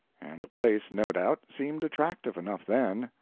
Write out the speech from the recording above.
and the place, no doubt, seemed attractive enough then,